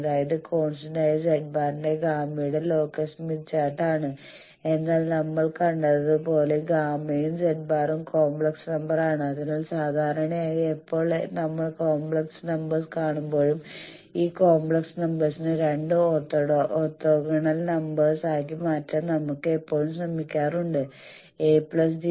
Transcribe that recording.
അതായത് കോൺസ്റ്റന്റായ z̄ ന്റെ ഗാമയുടെ ലോക്കസ് സ്മിത്ത് ചാർട്ട് ആണ് എന്നാൽ നമ്മൾ കണ്ടത് പോലെ ഗാമയും z̄ ഉം കോംപ്ലക്സ് നമ്പറാണ് അതിനാൽ സാധാരണയായി എപ്പോൾ നമ്മൾ കോംപ്ലക്സ് നമ്പേഴ്സ് കാണുമ്പോളും ഈ കോംപ്ലക്സ് നമ്പേഴ്സിനെ രണ്ട് ഓർത്തോഗണൽ റിയൽ നമ്പേഴ്സ് ആക്കി മാറ്റാൻ നമ്മൾ എപ്പോഴും ശ്രമിക്കാറുണ്ട് a jb